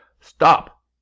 stop